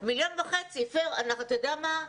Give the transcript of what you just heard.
1,500,000 פייר, אתה יודע מה?